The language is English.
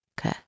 okay